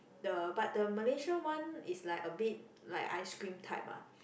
the but the Malaysia one is like a bit like ice cream type ah